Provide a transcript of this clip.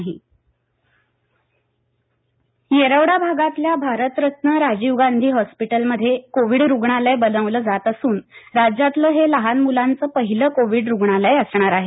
लहान मलांचं कोविड रूग्णालय येरवडा भागातल्या भारतरत्न राजीव गांधी हॉस्पिटल मध्ये कोविड रुग्णालय बनवलं जात असून राज्यातलं हे लहान मुलांचे पहिलं कोविड रुग्णालय असणार आहे